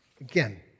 again